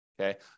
okay